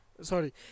sorry